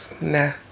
nah